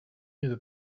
that